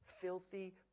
filthy